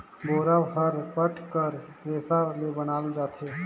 बोरा हर पट कर रेसा ले बनाल जाथे